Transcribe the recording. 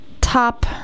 top